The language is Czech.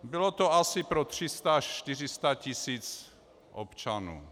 Bylo to asi pro 300 až 400 tisíc občanů.